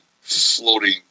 floating